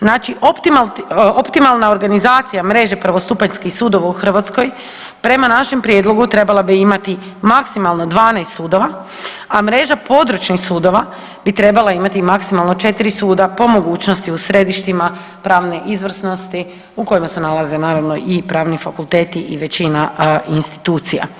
Znači optimalna organizacija mreže prvostupanjskih sudova u Hrvatskoj prema našem prijedlogu trebala bi imati maksimalno 12 sudova, a mreža područnih sudova bi trebala imati maksimalno 4 suda po mogućnosti u središtima pravne izvrsnosti u kojima se nalaze naravno i pravni fakulteti i većina institucija.